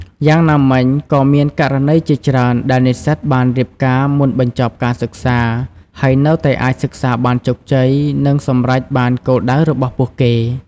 យ៉ាងណាមិញ ក៏មានករណីជាច្រើនដែលនិស្សិតបានរៀបការមុនបញ្ចប់ការសិក្សា ហើយនៅតែអាចសិក្សាបានជោគជ័យ និងសម្រេចបានគោលដៅរបស់ពួកគេ។